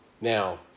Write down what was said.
Now